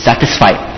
Satisfied